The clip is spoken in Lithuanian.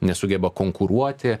nesugeba konkuruoti